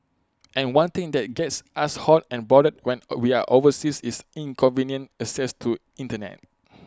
and one thing that gets us hot and bothered when A we're overseas is inconvenient access to Internet